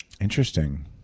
Interesting